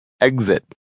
Exit